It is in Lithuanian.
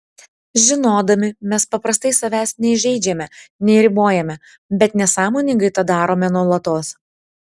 žinodami mes paprastai savęs nei žeidžiame nei ribojame bet nesąmoningai tą darome nuolatos